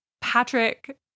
Patrick